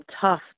tough